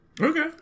Okay